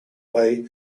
way